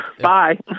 bye